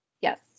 Yes